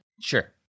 Sure